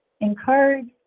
encourage